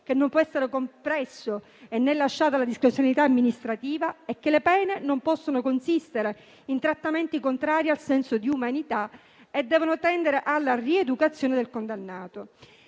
che non può essere né compresso né lasciato alla discrezionalità amministrativa, e che le pene non possono consistere in trattamenti contrari al senso di umanità e devono tendere alla rieducazione del condannato.